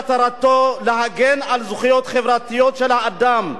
מטרתו להגן על זכויות חברתיות של האדם,